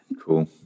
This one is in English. Cool